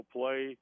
play